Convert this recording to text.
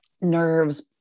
nerves